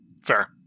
Fair